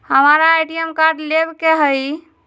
हमारा ATM card लेव के हई